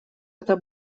это